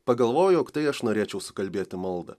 pagalvojau jog tai aš norėčiau sukalbėti maldą